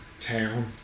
town